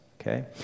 okay